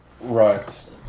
Right